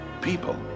people